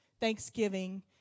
thanksgiving